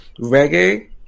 reggae